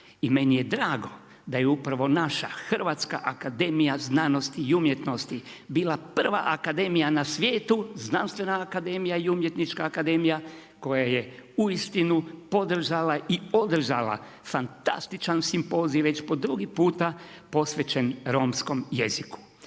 I meni je drago, da j upravo naša Hrvatska akademija znanosti i umjetnosti bila prva akademija na svijetu, znanstvena akademija i umjetnička akademija koja je uistinu podržala i održala fantastičan simpozij već po drugi puta posvećen romskom jeziku.